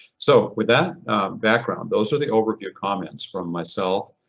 so with that background, those are the overview comments from myself,